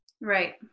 Right